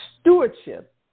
stewardship